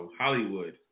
Hollywood